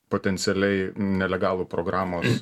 potencialiai nelegalų programos